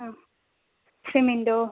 ആ സിമൻറ്റോ